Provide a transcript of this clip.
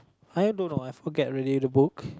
I I don't know I forget already the book